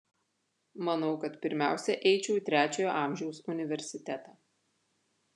manau kad pirmiausia eičiau į trečiojo amžiaus universitetą